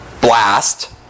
blast